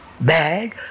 bad